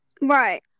Right